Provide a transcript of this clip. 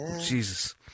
Jesus